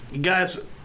Guys